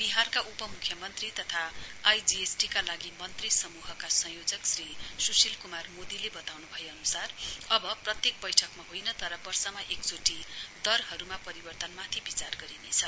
बिहारका उपम्ख्यमन्त्री तथा आईजीएसटी का लागि मन्त्री समूहका संयजोक श्री स्शील कुमार मोदीले बताउन् भएअनुसार अब प्रत्येक बैठकमा होइन तर वर्षमा एकचोटि दरहरूमा परिवर्तनमाथि विचार गरिनेछ